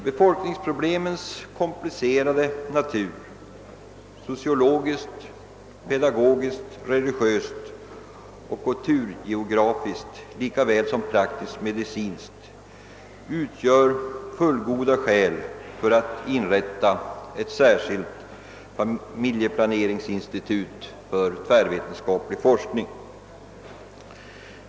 Befolkningsproblemens komplicerade natur — sociologiskt, pedagogiskt, religiöst och kultur geografiskt lika väl som praktiskt medicinskt — utgör ett fullgott skäl för att inrätta ett särskilt familjeplaneringsinstitut för tvärvetenskaplig forskning.